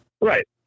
Right